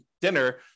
dinner